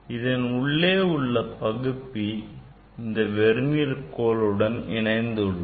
இதன் உள்ளே உள்ள பகுப்பி இந்த வெர்னியர் அளவுகோலுடன் இணைந்து உள்ளது